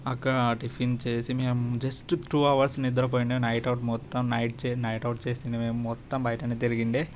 అక్క టిఫిన్ చేసి మేం జస్ట్ టు అవర్స్ నిద్రపోయిండే నైట్ అవుట్ మొత్తం నైట్ నైట్ అవుట్ చేసింది మేంమొత్తం బయటనే తిరిగిండే